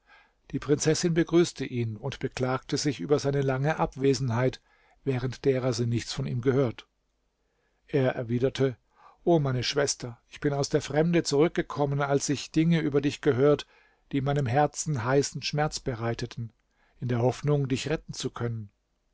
die prinzessin begrüßte ihn und beklagte sich über seine lange abwesenheit während derer sie nichts von ihm gehört er erwiderte o meine schwester ich bin aus der fremde zurückgekommen als ich dinge über dich gehört die meinem herzen heißen schmerz bereiteten in der hoffnung dich retten zu können